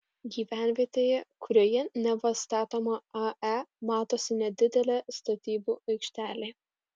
gyvenvietėje kurioje neva statoma ae matosi nedidelė statybų aikštelė